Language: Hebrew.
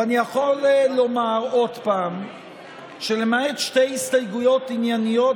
ואני יכול לומר עוד פעם שלמעט שתי הסתייגויות ענייניות